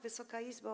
Wysoka Izbo!